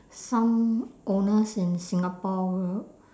some owners in singapore